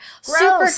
super